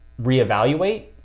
reevaluate